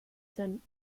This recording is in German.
sein